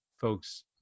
folks